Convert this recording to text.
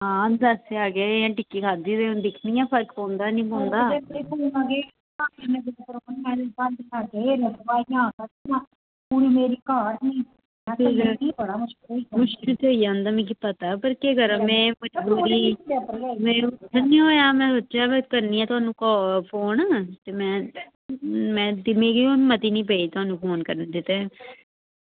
ते आं टिक्की खाद्धी ते दिक्खनी आं फर्क पौंदा निं पौंदा मुश्कल पेई जंदा मिगी पता पर में केह् करांऽ ते में करन निं होआ में सोचा दी ही करनी आं कॉल ते मिगी बी हिम्मत निं पेईं पेई थुहानू फोन करने आस्तै